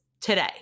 today